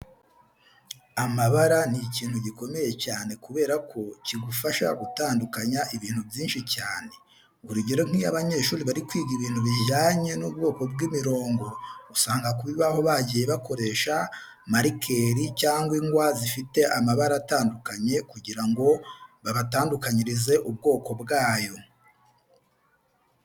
Amabara ni ikintu gikomeye cyane kubera ko cyigufasha gutandukanya ibintu byinshi cyane. Urugero nk'iyo abanyeshuri bari kwiga ibintu bijyanye n'ubwoko bw'imirongo usanga ku bibaho bagiye bakoresha marikeri cyangwa ingwa zifite amabara atandukanye kugira ngo babatandukanyirize ubwoko bwayo.